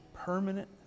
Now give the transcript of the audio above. Permanent